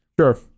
Sure